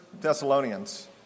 Thessalonians